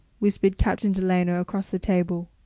whispered captain delano across the table.